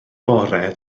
bore